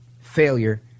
failure